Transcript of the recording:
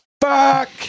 fuck